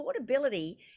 affordability